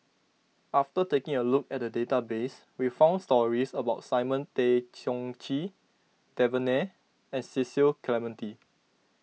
after taking a look at the database we found stories about Simon Tay Seong Chee Devan Nair and Cecil Clementi